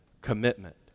commitment